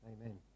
Amen